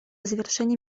завершения